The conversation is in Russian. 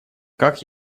как